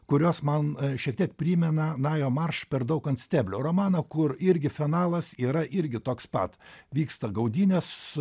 kurios man šiek tiek primena najo marš per daug konsteblio romaną kur irgi finalas yra irgi toks pat vyksta gaudynės